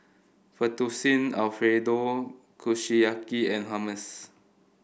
Fettuccine Alfredo Kushiyaki and Hummus